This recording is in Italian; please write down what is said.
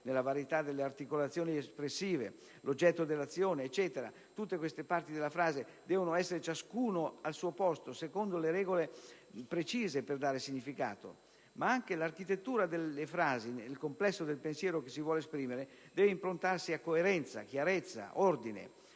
(nella varietà delle articolazioni espressive), l'oggetto dell'azione, tutte queste parti della frase devono essere ciascuno al suo posto secondo le regole precise per dare significato; ma anche l'architettura delle frasi nel complesso del pensiero che si vuole esprimere deve improntarsi a coerenza, chiarezza, ordine.